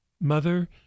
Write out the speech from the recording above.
Mother